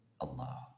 Allah